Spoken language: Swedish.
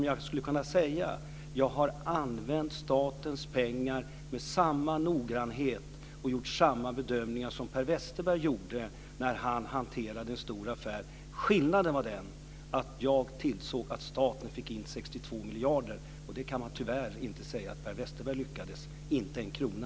Jag har använt statens pengar med samma noggrannhet och gjort samma bedömningar som Per Westerberg gjorde när han hanterade en stor affär. Skillnaden var den att jag tillsåg att staten fick in 62 miljarder. Det kan man tyvärr inte säga att Per Westerberg lyckades med. Det var inte en krona.